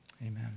Amen